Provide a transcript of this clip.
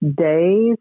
days